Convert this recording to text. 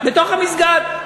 בתוך המסגד.